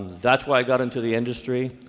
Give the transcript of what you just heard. that's why i got into the industry.